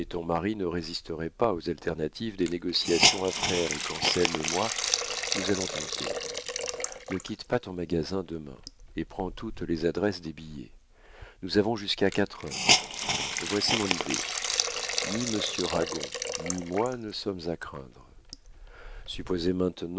ton mari ne résisterait pas aux alternatives des négociations à faire et qu'anselme et moi nous allons tenter ne quitte pas ton magasin demain et prends toutes les adresses des billets nous avons jusqu'à quatre heures voici mon idée ni monsieur ragon ni moi ne sommes à craindre supposez